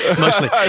mostly